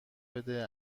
بده